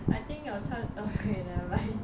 I think you chan~ okay nevermind